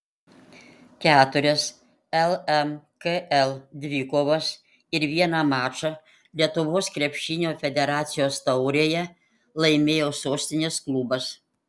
keturias lmkl dvikovas ir vieną mačą lietuvos krepšinio federacijos taurėje laimėjo sostinės klubas